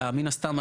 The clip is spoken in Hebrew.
ומן הסתם,